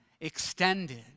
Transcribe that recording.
extended